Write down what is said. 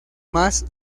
más